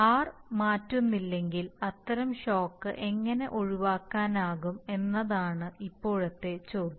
R മാറ്റുന്നില്ലെങ്കിൽ അത്തരം shock എങ്ങനെ ഒഴിവാക്കാനാകും എന്നതാണ് ഇപ്പോഴത്തെ ചോദ്യം